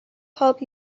help